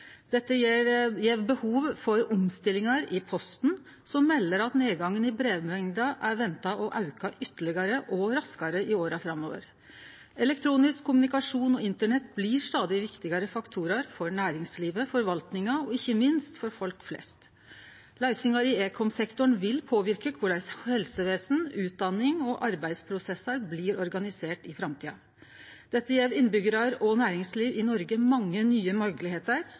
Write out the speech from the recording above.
Dette gjev behov for omstillingar i Posten, som melder at nedgangen i brevmengda er venta å auke ytterlegare – og raskare – i åra framover. Elektronisk kommunikasjon og internett blir stadig viktigare faktorar for næringslivet, for forvaltninga og ikkje minst for folk flest. Løysingar i ekomsektoren vil påverke korleis helsevesen, utdanning og arbeidsprosessar blir organiserte i framtida. Dette gjev innbyggjarar og næringsliv i Noreg mange nye moglegheiter,